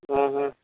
हम्म हम्म